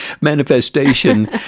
manifestation